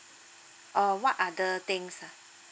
uh what other things ah